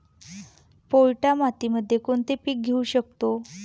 पोयटा मातीमध्ये कोणते पीक घेऊ शकतो?